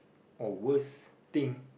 or worst thing